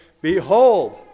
Behold